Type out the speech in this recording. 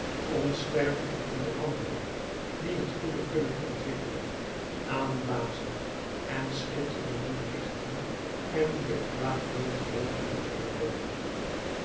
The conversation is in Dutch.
onsterfelijk in de andere die het goede kunnen ontwikkelen aanblazen en schitterend doen lichten en die het kwaad nooit geheel kunnen uitdooven